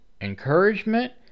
encouragement